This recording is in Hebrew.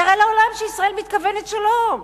תראה לעולם שישראל מתכוונת שלום.